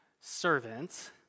servant